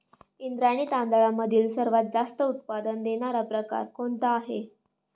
इंद्रायणी तांदळामधील सर्वात जास्त उत्पादन देणारा प्रकार कोणता आहे?